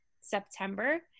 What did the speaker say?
September